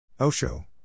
Osho